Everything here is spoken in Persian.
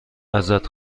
ازت